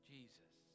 Jesus